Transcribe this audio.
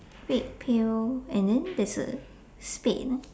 red pail and then there's a spade ah